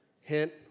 hint